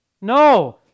No